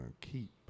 keep